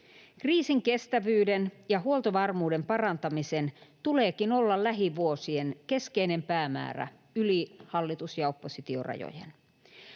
Kriisinkestävyyden ja huoltovarmuuden parantamisen tuleekin olla lähivuosien keskeinen päämäärä yli hallitus- ja oppositiorajojen.